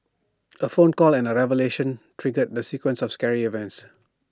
A phone call and A revelation triggered the sequence of scary events